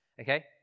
Okay